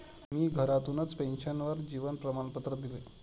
मी घरातूनच पेन्शनर जीवन प्रमाणपत्र दिले